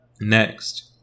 Next